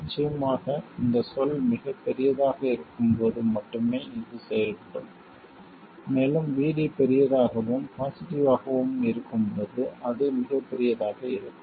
நிச்சயமாக இந்த சொல் மிகப் பெரியதாக இருக்கும்போது மட்டுமே இது செயல்படும் மேலும் VD பெரியதாகவும் பாசிட்டிவ் ஆகவும் இருக்கும்போது அது மிகப்பெரியதாக இருக்கும்